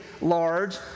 large